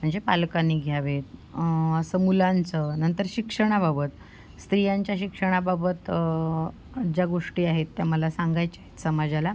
म्हणजे पालकांनी घ्यावे असं मुलांचं नंतर शिक्षणाबाबत स्त्रियांच्या शिक्षणाबाबत ज्या गोष्टी आहेत त्या मला सांगायच्या आहेत समाजाला